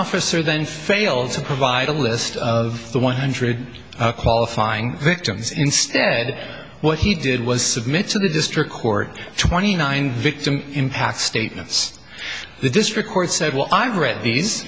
officer then failed to provide a list of the one hundred qualifying victims instead what he did was submitted to the district court twenty nine victim impact statements the district court said well i read these